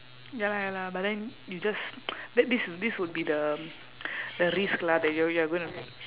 ya lah ya lah but then you just that this this would be the the risk lah that y~ you are going to